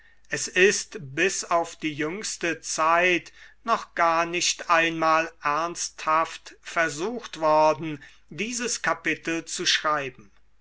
es ist bis auf die jüngste zeit noch gar nicht einmal ernsthaft versucht worden dieses kapitel zu schreiben